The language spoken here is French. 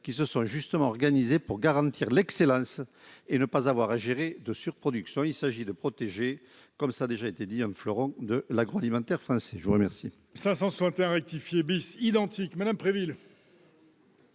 qui se sont justement organisées pour garantir l'excellence et ne pas avoir à gérer de surproduction. Il s'agit de protéger un fleuron de l'agroalimentaire français. La parole